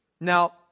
Now